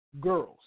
girls